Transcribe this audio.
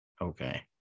okay